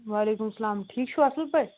وعلیکُم سلام ٹھیٖک چھُو اَصٕل پٲٹھۍ